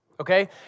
okay